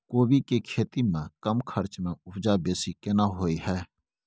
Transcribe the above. कोबी के खेती में कम खर्च में उपजा बेसी केना होय है?